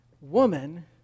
woman